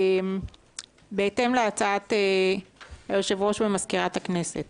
בהתאם להצעת יושב-ראש ומזכירת הכנסת